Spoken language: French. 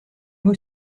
nous